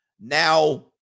now